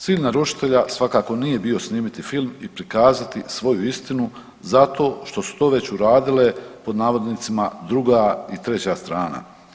Cilj naručitelja svakako nije bio snimiti film i prikazati svoju istinu, zato što su to već uradile, pod navodnicima druga i treća strana.